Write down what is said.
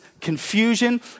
confusion